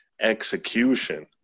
execution